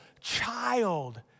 Child